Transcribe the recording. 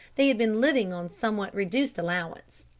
they had been living on somewhat reduced allowance.